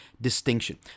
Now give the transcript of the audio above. distinction